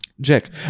Jack